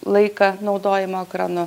laiką naudojimo ekranu